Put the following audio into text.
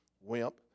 wimp